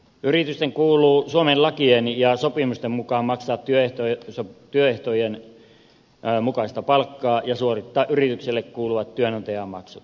yritysten kuuluu suomen lakien ja sopimusten mukaan maksaa työehtojen mukaista palkkaa ja suorittaa yritykselle kuuluvat työnantajamaksut